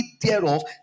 thereof